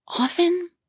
often